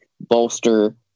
bolster